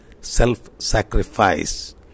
self-sacrifice